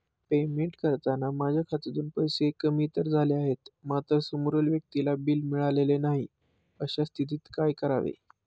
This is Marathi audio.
पेमेंट करताना माझ्या खात्यातून पैसे कमी तर झाले आहेत मात्र समोरील व्यक्तीला बिल मिळालेले नाही, अशा स्थितीत काय करावे?